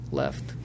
left